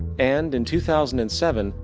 and in two thousand and seven,